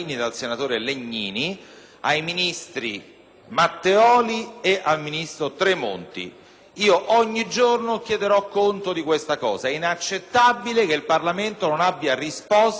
Matteoli e al ministro Tremonti. Ogni giorno io chiederò conto di questa interrogazione, perché è inaccettabile che il Parlamento non riceva risposte dall'Esecutivo su questioni importanti.